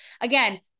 Again